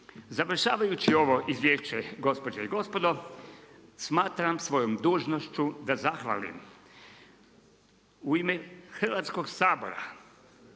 Završavajući ovo izvješće, gospođe i gospodo, smatram svojom dužnošću da zahvalim u ime Hrvatskog sabora,